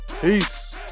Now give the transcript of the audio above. Peace